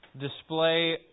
display